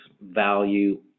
value